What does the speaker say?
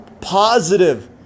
positive